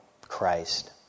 Christ